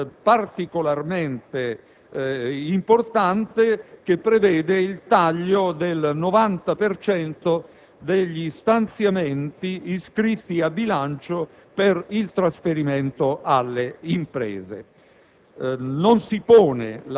è uno, particolarmente importante, che dispone il taglio del 90 per cento degli stanziamenti iscritti a bilancio per il trasferimento alle imprese.